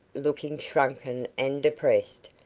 looking shrunken and depressed,